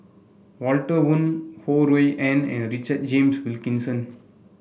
Walter Woon Ho Rui An and Richard James Wilkinson